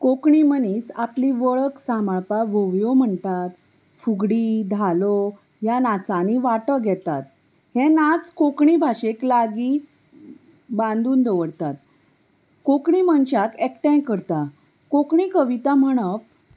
कोंकणी मनीस आपली वळख सांबाळपाक व्होंवयो म्हणटात फुगडी धालो ह्या नाचांनी वांटो घेतात हें नाच कोंकणी भाशेक लागीं बांदून दवरतात कोंकणी मनशाक एकठांय करता कोंकणी कविता म्हणप